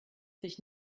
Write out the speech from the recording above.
sich